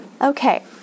Okay